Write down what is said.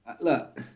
look